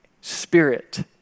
spirit